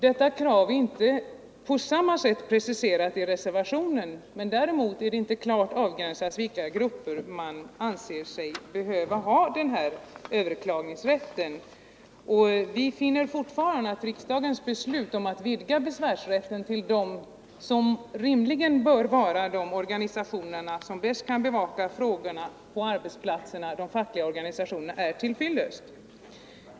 Detta krav är inte på samma sätt preciserat i reservationen, och det är inte klart avgränsat vilka grupper som anses behöva ha den här överklagningsrätten. Vi anser fortfarande att riksdagens beslut om att vidga besvärsrätten till dem som rimligen bör vara de organisationer som bäst kan bevaka frågorna på arbetsplatserna, nämligen de fackliga organisationerna, är till fyllest.